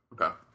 Okay